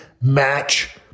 match